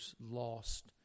lost